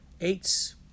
eights